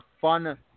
fun